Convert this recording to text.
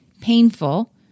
painful